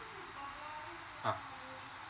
uh